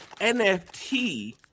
NFT